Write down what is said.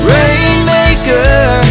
Rainmaker